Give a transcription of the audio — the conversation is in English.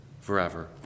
forever